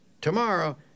Tomorrow